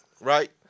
Right